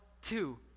Two